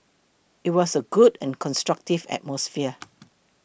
it was a good and constructive atmosphere